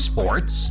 Sports